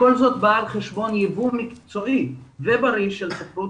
כל זאת בא על חשבון יבוא מקצועי ובריא של ספרות